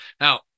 Now